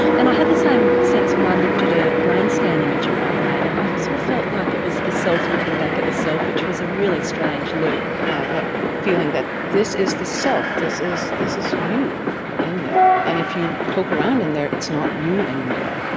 and i had the same sense when i looked at a brain scan image of my brain, i sort of felt like it was the self looking back at the self, which was a really strange loop. yeah, that feeling that this is the self, this is this is you in there, and if you poke around in there it's not you anymore,